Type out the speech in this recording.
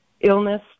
illness